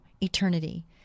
eternity